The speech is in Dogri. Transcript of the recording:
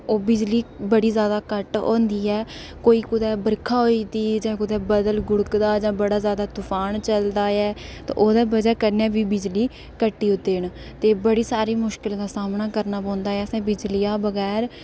ओह् बिजली बड़ी जैदा कट्ट होंदी ऐ कोई कुतै बरखा होई दी जां कुतै बद्दल घुड़कदा जां बड़ा जैदा तफान चलदा ऐ ते ओह्दे बजह कन्नै बी बिजली कट्टी ओड़दे न ते बड़ी सारी मुश्कल दा सामना करना पौंदा ऐ असें बिजलियै दे बगैर